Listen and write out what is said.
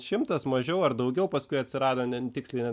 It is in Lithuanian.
šimtas mažiau ar daugiau paskui atsirado ne tiksliai ne